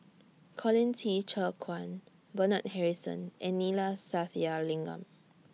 Colin Qi Zhe Quan Bernard Harrison and Neila Sathyalingam